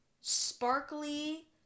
sparkly